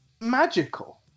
magical